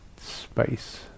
space